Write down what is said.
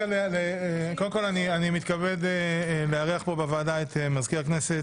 אני מתכבד לארח פה בוועדה את מזכיר הכנסת.